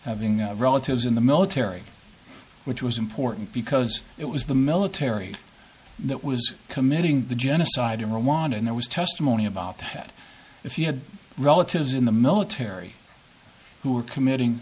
relatives in the military which was important because it was the military that was committing the genocide in rwanda and there was testimony about that if you had relatives in the military who were committing